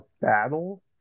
battle